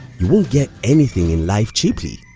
you won't get anything in life cheaply.